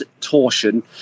torsion